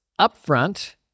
upfront